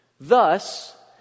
Thus